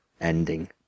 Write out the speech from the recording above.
ending